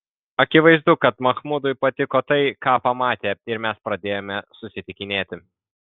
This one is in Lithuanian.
akivaizdu kad machmudui patiko tai ką pamatė ir mes pradėjome susitikinėti